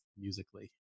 musically